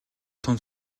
тун